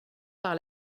par